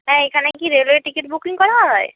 হ্যাঁ এখানে কি রেলওয়ে টিকিট বুকিং করা হয়